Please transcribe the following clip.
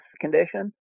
condition